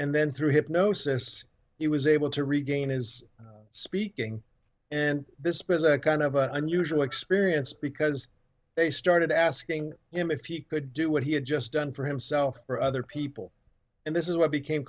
and then through hypnosis he was able to regain his speaking and this present kind of unusual experience because they started asking him if he could do what he had just done for himself or other people and this is what became